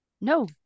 no